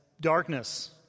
darkness